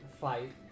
fight